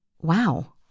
wow